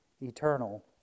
eternal